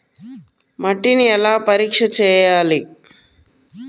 మట్టిని ఎలా పరీక్ష చేయాలి?